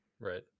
Right